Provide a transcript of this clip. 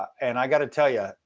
and i got to tell you,